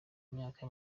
myaka